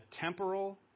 temporal